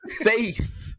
faith